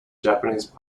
japanese